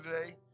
today